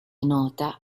nota